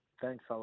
Thanks